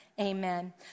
amen